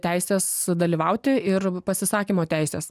teisės dalyvauti ir pasisakymo teisės